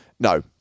No